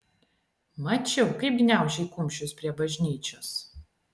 mačiau kaip gniaužei kumščius prie bažnyčios